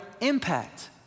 impact